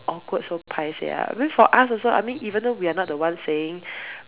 awkward so paiseh ah because for us also I mean even though we are not the one saying